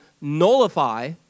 nullify